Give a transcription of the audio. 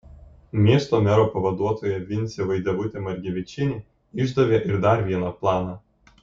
miesto mero pavaduotoja vincė vaidevutė margevičienė išdavė ir dar vieną planą